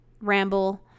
ramble